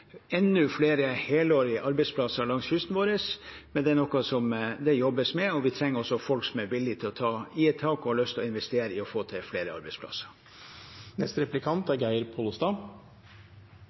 flere helårige arbeidsplasser langs kysten vår, men det er noe det jobbes med. Vi trenger også folk som er villige til å ta i et tak, og som har lyst til å investere i og få til flere arbeidsplasser.